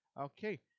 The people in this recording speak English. Okay